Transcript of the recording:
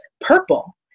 PURPLE